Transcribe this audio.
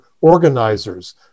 organizers